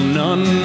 none